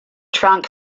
trunk